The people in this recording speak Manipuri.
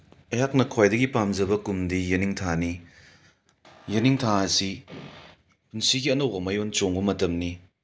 ꯑꯩꯍꯥꯛꯅ ꯈ꯭ꯋꯥꯏꯗꯒꯤ ꯄꯥꯝꯖꯕ ꯀꯨꯝꯗꯤ ꯌꯦꯅꯤꯡꯊꯥꯅꯤ ꯌꯦꯡꯅꯤꯡꯊꯥ ꯑꯁꯤ ꯄꯨꯟꯁꯤꯒꯤ ꯑꯅꯧꯕ ꯃꯌꯣꯟ ꯆꯣꯡꯕ ꯃꯇꯝꯅꯤ